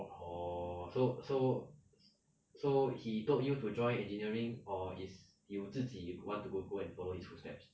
orh so so so he told you to join engineering or is 有自己 want to go go and following his footsteps